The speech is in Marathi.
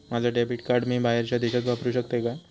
माझा डेबिट कार्ड मी बाहेरच्या देशात वापरू शकतय काय?